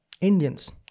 Indians